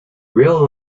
real